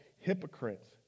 hypocrites